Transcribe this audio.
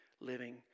living